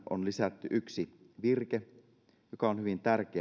on lisätty yksi virke joka on hyvin tärkeä